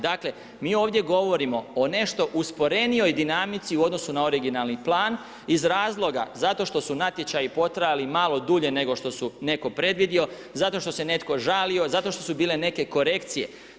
Dakle, mi ovdje govorimo o nešto usporenijoj dinamici u odnosu na originalni plan iz razloga zato što su natječaji potrajali malo dulje nego što su netko predvidio, zato što se netko žalio, zato što su bile neke korekcije.